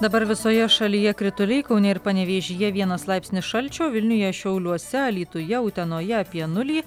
dabar visoje šalyje krituliai kaune ir panevėžyje vienas laipsnis šalčio vilniuje šiauliuose alytuje utenoje apie nulį